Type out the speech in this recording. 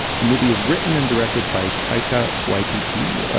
the movie is written and directed by taika waititi,